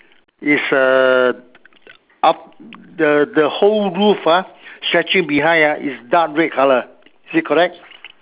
is err up the the whole roof ah stretching behind ah is dark red colour is that correct